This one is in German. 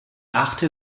achte